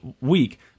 week